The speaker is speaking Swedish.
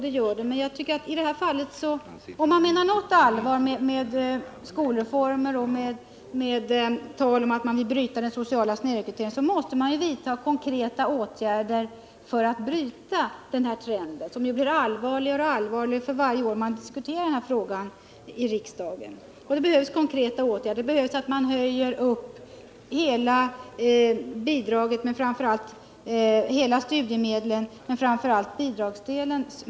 Det är riktigt, men om man menar något allvar med skolreformer och med tal om att vilja bryta den sociala snedrekryteringen måste man vidta konkreta åtgärder för att bryta den här trenden, som blir allvarligare och allvarligare för varje år som den här frågan diskuteras i riksdagen. Det behövs konkreta åtgärder. Det är nödvändigt att öka studiemedlen i deras helhet men framför allt bidragsdelen.